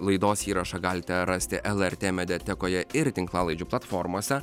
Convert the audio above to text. laidos įrašą galite rasti lrt mediatekoje ir tinklalaidžių platformose